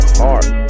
heart